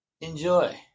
Enjoy